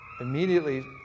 immediately